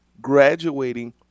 graduating